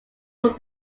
would